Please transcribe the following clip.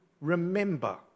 remember